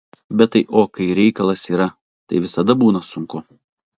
bet tai o kai reikalas yra tai visada būna sunku